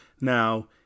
Now